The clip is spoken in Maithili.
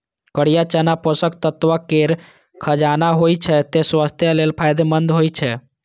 करिया चना पोषक तत्व केर खजाना होइ छै, तें स्वास्थ्य लेल फायदेमंद होइ छै